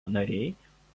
nariai